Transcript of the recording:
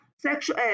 sexual